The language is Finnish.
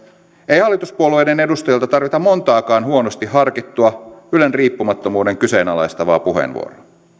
ei hallituspuolueiden edustajilta tarvita montaakaan huonosti harkittua ylen riippumattomuuden kyseenalaistavaa puheenvuoroa